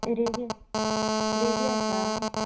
ready आस ready आसा